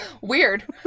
weird